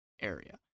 area